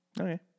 Okay